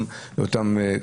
תודה.